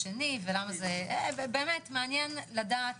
מעניין לדעת